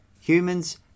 Humans